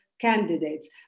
candidates